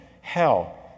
hell